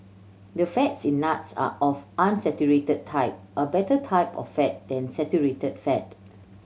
the fats in nuts are of unsaturated type a better type of fat than saturated fat